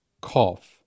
cough